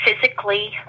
physically